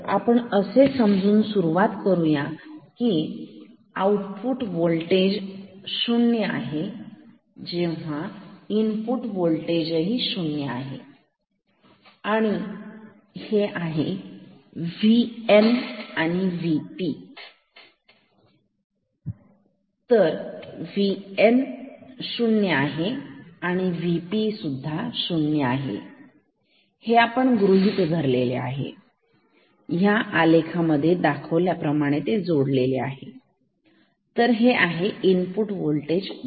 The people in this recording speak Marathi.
तर आपण असे समजून सुरुवात करू की V i 0 V o 0 आणि हे आहे V N V P V N 0 V P 0 हे आपण काही गृहीत धरलेलं नाही तर हे आलेखामध्ये दाखवल्याप्रमाणे जोडलेले आहे हे आहे Vi